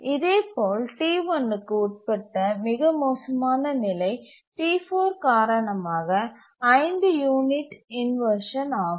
இதேபோல் T1 க்கு உட்பட்ட மிக மோசமான நிலை T4 காரணமாக 5 யூனிட் இன்வர்ஷன் ஆகும்